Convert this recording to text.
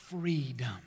Freedom